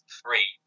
three